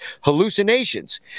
hallucinations